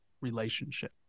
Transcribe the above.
relationship